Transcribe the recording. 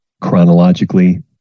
chronologically